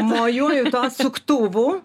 mojuoju tuo atsuktuvu